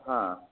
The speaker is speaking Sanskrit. हा